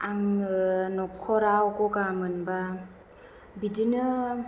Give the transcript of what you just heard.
आङो न'खराव गगा मोनबा बिदिनो